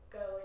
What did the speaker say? go